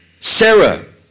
Sarah